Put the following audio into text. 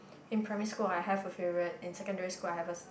in primary school I have a favourite in secondary school I have a